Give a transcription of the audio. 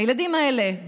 הילדים האלה,